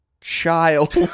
child